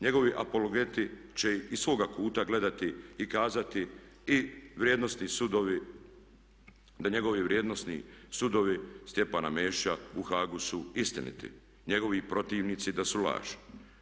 Njegovi apologeti će iz svoga kuta gledati i kazati i vrijednosni sudovi da njegovi vrijednosni sudovi Stjepana Mesića u Hagu su istiniti, njegovi protivnici da su laž.